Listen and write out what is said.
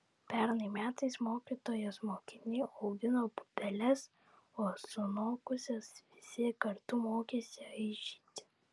pernai metais mokytojos mokiniai augino pupeles o sunokusias visi kartu mokėsi aižyti